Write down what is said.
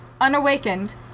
unawakened